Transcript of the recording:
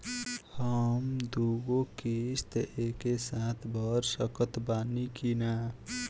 हम दु गो किश्त एके साथ भर सकत बानी की ना?